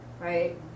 right